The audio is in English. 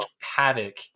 havoc